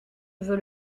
veut